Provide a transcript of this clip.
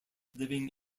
living